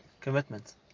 commitment